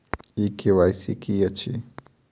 ई KYC की अछि?